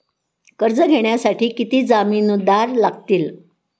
कर्ज घेण्यासाठी किती जामिनदार लागतील?